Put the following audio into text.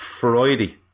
Friday